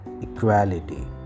equality